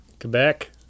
Quebec